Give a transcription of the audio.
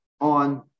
on